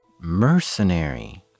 Mercenary